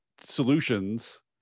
solutions